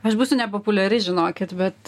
aš būsiu nepopuliari žinokit bet